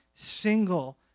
single